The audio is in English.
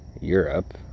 Europe